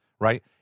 right